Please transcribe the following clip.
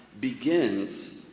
begins